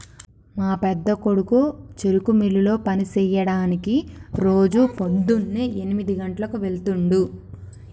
మా పెద్దకొడుకు చెరుకు మిల్లులో పని సెయ్యడానికి రోజు పోద్దున్నే ఎనిమిది గంటలకు వెళ్తుండు